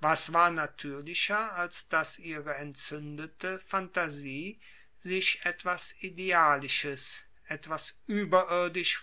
was war natürlicher als daß ihre entzündete phantasie sich etwas idealisches etwas überirdisch